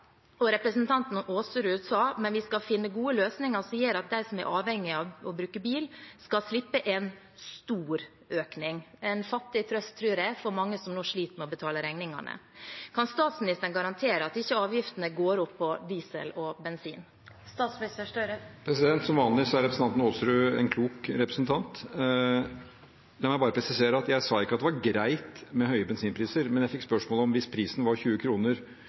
og representanten Aasrud sa: «men vi skal finne gode løsninger som gjør at de som er avhengige av å bruke bil, skal slippe en stor økning». Det tror jeg er en fattig trøst for mange som nå sliter med å betale regningene. Kan statsministeren garantere at avgiftene ikke går opp på diesel og bensin? Som vanlig er representanten Aasrud en klok representant. La meg bare presisere at jeg sa ikke at det var greit med høye bensinpriser, men jeg fikk spørsmål om hva hvis prisen var 20